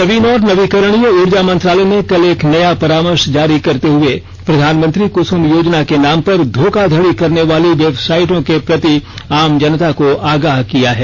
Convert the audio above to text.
नवीन और नवीकरणीय ऊर्जा मंत्रालय ने कल एक नया परामर्श जारी करते हुए प्रधानमंत्री कसम योजना के नाम पर धोखाधडी करने वाली वेबसाइटों के प्रति आम जनता को आगाह किया है